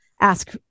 ask